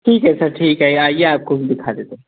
ठीक है सर ठीक है आइए आपको हम दिखा देते हैं